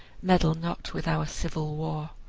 meddle not with our civil war.